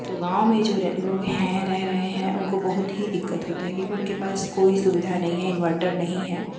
तो गाँवों में जो लोग हैं रह रहे हैं उनको बहुत ही दिक्कत होता है कि क्योंकि उनके पास कोई सुविधा नहीं है इनवर्टर नहीं है